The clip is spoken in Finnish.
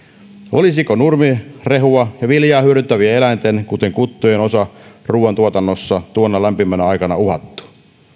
olisiko nurmirehua ja viljaa hyödyntävien eläinten kuten kuttujen osa ruoantuotannossa tuona lämpimänä aikana uhattu